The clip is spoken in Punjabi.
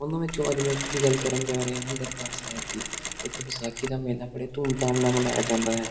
ਉਹਨਾਂ ਵਿੱਚੋਂ ਅੱਜ ਮੈਂ ਇੱਕ ਦੀ ਗੱਲ ਕਰਨ ਜਾ ਰਿਹਾ ਹਾਂ ਦਰਬਾਰ ਸਾਹਿਬ ਦੀ ਇੱਥੇ ਵਿਸਾਖੀ ਦਾ ਮੇਲਾ ਬੜੇ ਧੂਮਧਾਮ ਨਾਲ ਮਨਾਇਆ ਜਾਂਦਾ ਹੈ